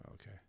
Okay